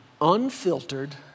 unfiltered